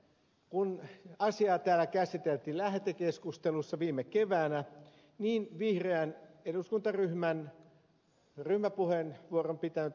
kun asiaa täällä käsiteltiin lähetekeskustelussa viime keväänä niin vihreän eduskuntaryhmän ryhmäpuheenvuoron pitänyt ed